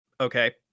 Okay